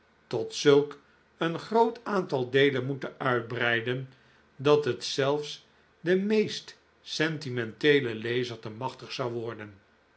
tot zulk een groot aantal deelen moeten uitbreiden dat het zelfs den meest sentimenteelen lezer te machtig zou worden